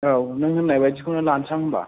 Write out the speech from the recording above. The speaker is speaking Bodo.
औ नों होन्नाय बादिखौनो लानसां होमबा